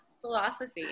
philosophy